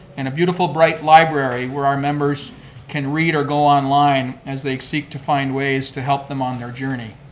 and a beautiful, bright library where our members can read or go online as they seek to find ways to help them on their journey.